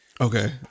Okay